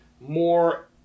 more